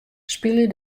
spylje